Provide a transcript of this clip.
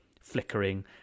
flickering